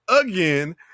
again